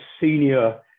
senior